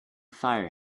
fire